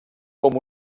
com